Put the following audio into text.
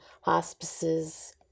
hospices